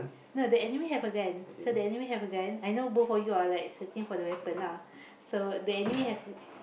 no the enemy have a gun so that enemy have a gun I know both of you are like searching for the weapon lah so the enemy have